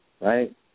right